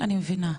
אני מבינה,